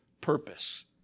purpose